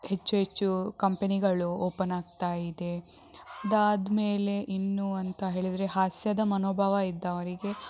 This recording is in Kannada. ಹೆಚ್ಚು ಹೆಚ್ಚು ಕಂಪೆನಿಗಳು ಓಪನ್ ಆಗ್ತಾ ಇದೆ ಅದಾದ ಮೇಲೆ ಇನ್ನೂ ಅಂತ ಹೇಳಿದರೆ ಹಾಸ್ಯದ ಮನೋಭಾವ ಇದ್ದವರಿಗೆ